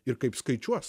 ir kaip skaičiuos